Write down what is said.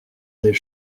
des